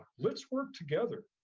let's work together.